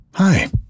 Hi